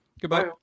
Goodbye